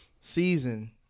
season